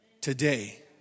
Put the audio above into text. Today